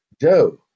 Joe